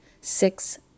six